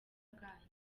bwanyu